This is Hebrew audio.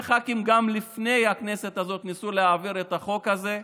גם לפני הכנסת הזאת הרבה ח"כים ניסו להעביר את החוק הזה,